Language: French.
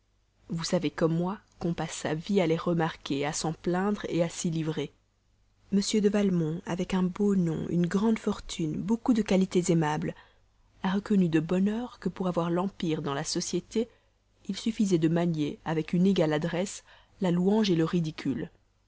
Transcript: vous savez comme moi qu'on passe sa vie à les remarquer à s'en plaindre à s'y livrer m de valmont avec un beau nom une grande fortune beaucoup de qualités aimables a reconnu de bonne heure que pour avoir l'empire dans la société il suffisait de manier avec une égale adresse la louange le ridicule